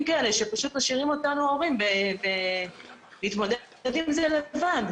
כאלה שפשוט משאירים אותנו ההורים להתמודד עם זה לבד.